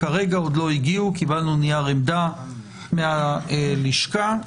קיבלנו נייר עמדה מהלשכה.